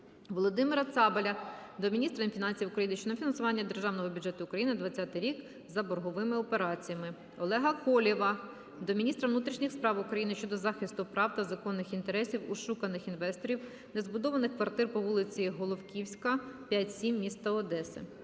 Володимира Цабаля до міністра фінансів України щодо фінансування Державного бюджету України на 20-й рік за борговими операціями. Олега Колєва до міністра внутрішніх справ України щодо захисту прав та законних інтересів ошуканих інвесторів незбудованих квартир по вулиці Головківська, 5-7 міста Одеси.